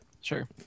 Sure